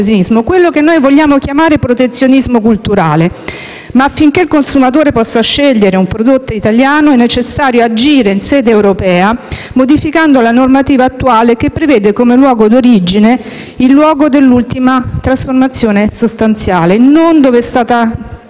quello che noi vogliamo chiamare «protezionismo culturale». Tuttavia, affinché il consumatore possa scegliere un prodotto italiano è necessario agire in sede europea, modificando la normativa attuale, che prevede come luogo di origine quello dell'ultima trasformazione sostanziale e non quello